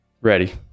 ready